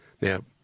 Now